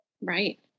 Right